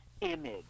image